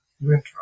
winter